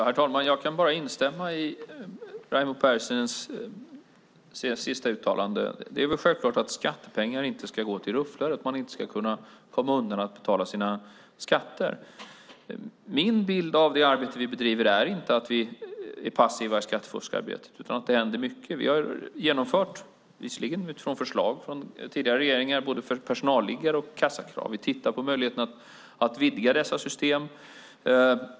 Herr talman! Jag kan bara instämma i Raimo Pärssinens sista uttalande. Det är väl självklart att skattepengar inte ska gå till rufflare och att man inte ska kunna komma undan att betala sina skatter. Min bild av det arbete vi bedriver är inte att vi är passiva i skattefuskarbetet utan att det händer mycket. Vi har genomfört - visserligen utifrån förslag från tidigare regeringar - både personalliggare och kassakrav. Vi tittar på möjligheten att vidga dessa system.